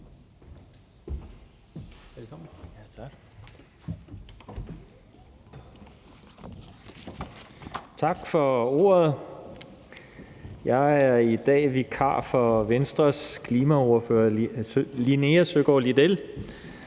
Tak for ordet. Jeg er i dag vikar for Venstres klimaordfører, Linea Søgaard-Lidell,